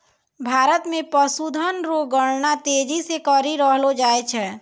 भारत मे पशुधन रो गणना तेजी से करी रहलो जाय छै